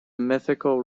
mythical